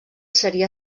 seria